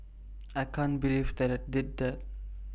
I can't believe that I did that